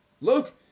Look